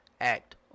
act